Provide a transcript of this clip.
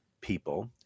people